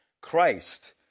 Christ